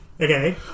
Okay